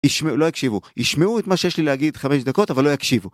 ישמעו את מה שיש לי להגיד 5 דקות אבל לא יקשיבו